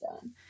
done